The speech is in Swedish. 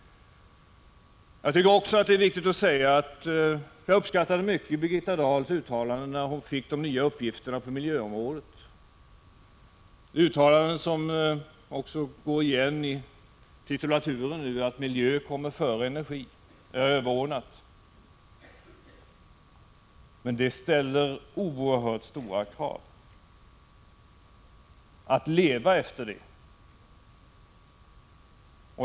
Jag tycker också att det är viktigt att säga att jag uppskattade Birgitta Dahls uttalande mycket när hon fick de nya uppgifterna på miljöområdet. Det är uttalanden som också går igen i titulaturen, dvs. att miljön kommer före energin, att miljön är överordnad. Men det ställer oerhört stora krav på att man lever upp till detta.